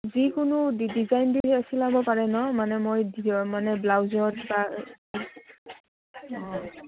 যিকোনো ডিজাইন দি চিলাব পাৰে ন মানে মই মানে ব্লাউজত বা অঁ